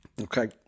okay